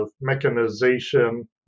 mechanization